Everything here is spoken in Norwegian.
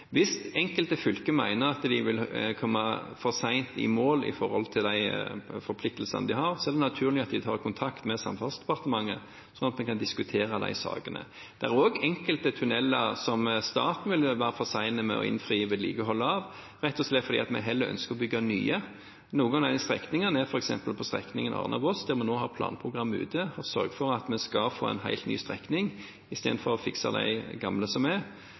Hvis enkelte fylker mener at de vil komme for sent i mål med hensyn til de forpliktelsene de har, er det naturlig at de tar kontakt med Samferdselsdepartementet, slik at vi kan diskutere de sakene. Det er også enkelte tunneler som staten vil være for sene med å innfri vedlikeholdet av, rett og slett fordi vi heller ønsker å bygge nye. Noen av dem er f.eks. på strekningen Arna–Voss, der vi nå har planprogrammet ute og sørger for at vi får en helt ny strekning, istedenfor å fikse de gamle som er